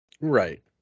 Right